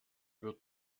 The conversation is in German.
wird